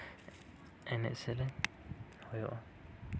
ᱮᱱᱮᱡᱼᱥᱮᱨᱮᱧ ᱦᱩᱭᱩᱜᱼᱟ